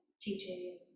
teaching